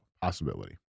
possibility